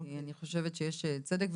אני חושבת שיש צדק.